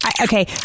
Okay